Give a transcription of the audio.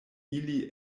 ili